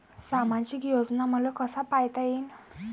सामाजिक योजना मले कसा पायता येईन?